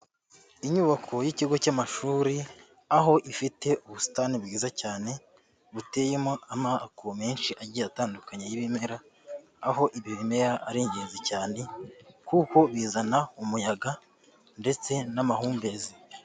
Inyubako y'ikigo cy'amashuri aho ifite ubusitani bwiza cyane, buteyemo amako menshi agiye atandukanye y'ibimera, aho ibi bimera ari ingenzi cyane kuko bizana umuyaga ndetse n'amahumbezi.